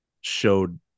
showed